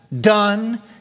done